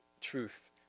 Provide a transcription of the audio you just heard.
truth